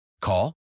Call